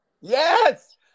Yes